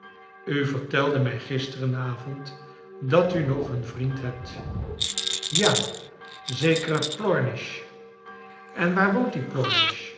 u vertelde mij gisteren avond dat u nog een vriend hebt ja zekere plornish en waar woont die